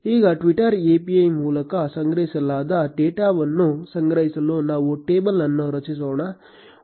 ಈಗ Twitter API ಮೂಲಕ ಸಂಗ್ರಹಿಸಲಾದ ಟ್ವೀಟ್ಗಳನ್ನು ಸಂಗ್ರಹಿಸಲು ನಾವು ಟೇಬಲ್ ಅನ್ನು ರಚಿಸೋಣ